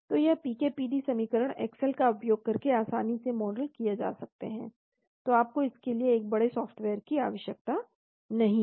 तो यह PK PD समीकरण एक्सेल का उपयोग करके आसानी से मॉडल किया जा सकते हैं तो आपको इसके लिए एक बड़े सॉफ़्टवेयर की आवश्यकता नहीं है